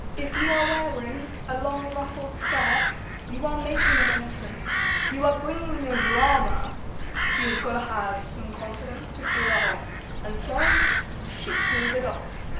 if you are wearing a long ruffled skirt you are making an entrance you are bringing the drama you've got to have some confidence to pull that off and florence she pulled it off.